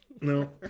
No